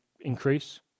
increase